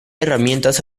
herramientas